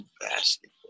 basketball